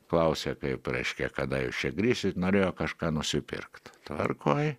klausė kaip reiškia kada jūs čia grįšit norėjo kažką nusipirkt tvarkoj